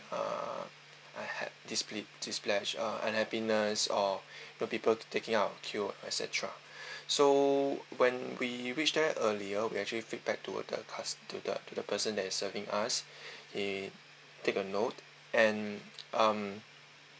uh I had displea~ displeasu~ uh unhappiness or the people to taking out of queue et cetera so when we reach there earlier we actually feedback to the cus~ to the to the person that is serving us he take a note and um